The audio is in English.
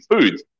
food